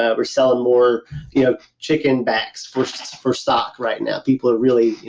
ah we're selling more you know chicken backs for so for stock right now, people are really.